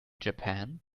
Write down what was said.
japan